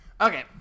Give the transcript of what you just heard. okay